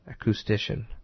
Acoustician